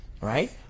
right